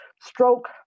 stroke